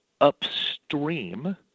upstream